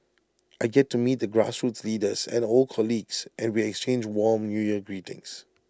I get to meet the grassroots leaders and old colleagues and we exchange warm New Year greetings